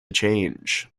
change